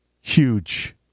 Huge